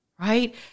Right